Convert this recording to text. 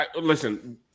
listen